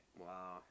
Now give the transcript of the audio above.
Wow